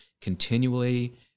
continually